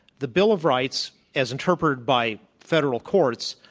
the bill of rights, as interpreted by federal courts,